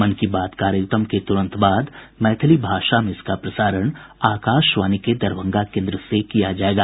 मन की बात कार्यक्रम के तुरंत बाद मैथिली भाषा में इसका प्रसारण आकाशवाणी के दरभंगा केन्द्र से किया जायेगा